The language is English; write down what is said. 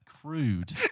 crude